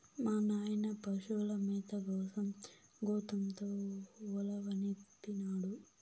మా నాయన పశుల మేత కోసం గోతంతో ఉలవనిపినాడు